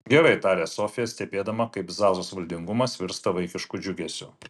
gerai tarė sofija stebėdama kaip zazos valdingumas virsta vaikišku džiugesiu